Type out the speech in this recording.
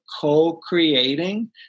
co-creating